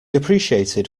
appreciated